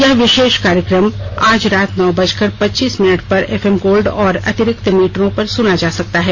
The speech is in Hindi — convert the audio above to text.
यह विशेष कार्यक्रम आज रात नौ बजकर पच्चीस मिनट पर एफएम गोल्ड और अतिरिक्त मीटरों पर सुना जा सकता है